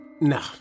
No